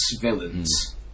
villains